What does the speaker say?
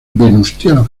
venustiano